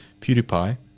PewDiePie